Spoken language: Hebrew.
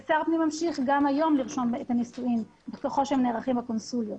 ושר הפנים ממשיך גם היום לרשום את הנישואים ככל שהם נערכים בקונסוליה.